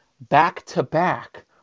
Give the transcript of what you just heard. back-to-back